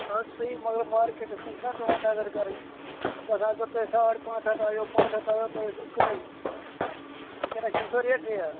سُہ حظ چھِ صحیح مگر مارکیٹَس کُن چھُنا پٮ۪وان نظر کَرٕنۍ مےٚ باسان اگر تۄہہِ ساڑ پانٛژھ ہَتھ آیو پانٛژھ ہَتھ آیو تۄہہِ ٲسِو کٕنٕنۍ وٕنۍکٮ۪نَس چھَنہٕ سۄ ریٹٕے حظ